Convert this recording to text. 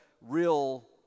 real